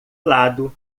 lado